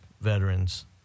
veterans